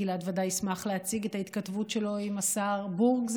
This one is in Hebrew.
גלעד ודאי ישמח להציג את ההתכתבות שלו עם השר בורג,